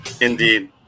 Indeed